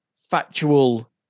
factual